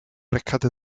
rescate